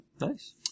Nice